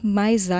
mais